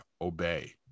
obey